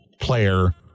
player